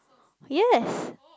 yes